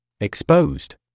Exposed